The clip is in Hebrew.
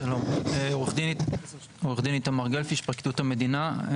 שלום, עורך דין איתמר גלבפיש, פרקליטות המדינה.